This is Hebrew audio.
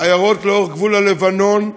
עיירות לאורך גבול הלבנון.